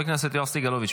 חבר הכנסת יואב סגלוביץ',